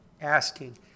asking